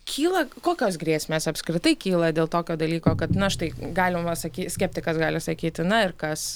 kyla kokios grėsmės apskritai kyla dėl tokio dalyko kad na štai galima saky skeptikas gali sakyti na ir kas